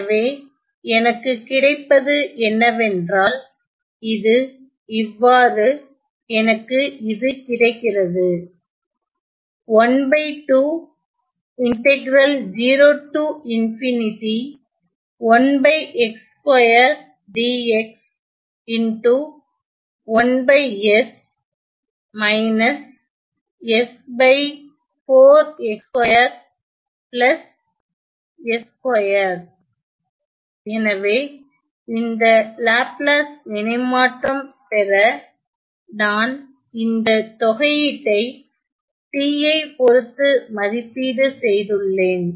எனவே எனக்கு கிடைப்பது என்னவென்றால் இது இவ்வாறு எனக்கு இது கிடைக்கிறது எனவே இந்த லாப்லாஸ் இணைமாற்றம் பெற நான் இந்த தொகையீட்டை t ஐ பொறுத்து மதிப்பீடு செய்துள்ளேன்